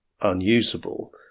unusable